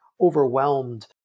overwhelmed